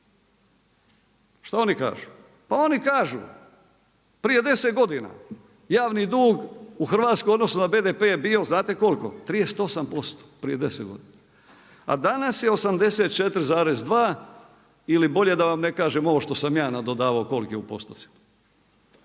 Šta oni kažu? Pa oni kažu, prije 10 godina javni drug u Hrvatskoj u odnosu na BDP je bio, znate koliko? 38% prije 10 godina. A danas je 84,2 ili bolje da vam ne kažem ovo što sam ja nadodavao koliki je u postotcima.